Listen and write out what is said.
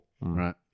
Right